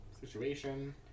situation